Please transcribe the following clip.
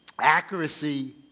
accuracy